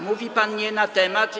Mówi pan nie na temat.